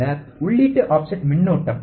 பின்னர் உள்ளீட்டு ஆஃப்செட் மின்னோட்டம்